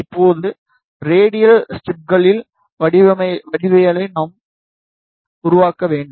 இப்போது ரேடியல் ஸ்டப்களின் வடிவவியலை நாம் உருவாக்க வேண்டும்